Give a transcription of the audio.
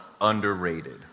underrated